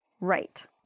Right